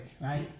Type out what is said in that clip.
right